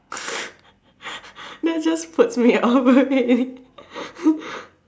that just put me off okay